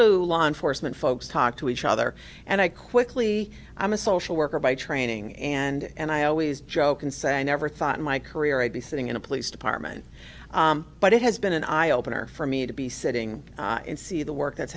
to law enforcement folks talk to each other and i quickly i'm a social worker by training and i always joke and say i never thought in my career i'd be sitting in a police department but it has been an eye opener for me to be sitting and see the work that's